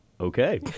Okay